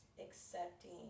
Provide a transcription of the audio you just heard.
accepting